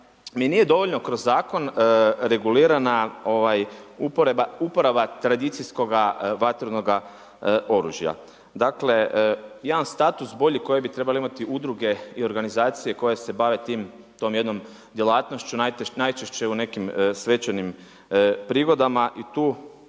da nije dovoljno kroz zakon regulirana uporaba tradicijskoga vatrenoga oružja. Dakle, jedan status bolji koji bi trebale imati udruge i organizacije koje se bave tom jednom djelatnošću najčešće u nekim svečanim prigodama i tu